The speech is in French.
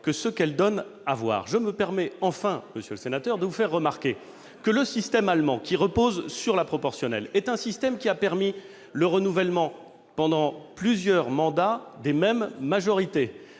que ce qu'elles donnent à voir. Je me permets enfin de vous faire remarquer que le système allemand, qui repose sur la proportionnelle, a permis le renouvellement pendant plusieurs mandats des mêmes majorités,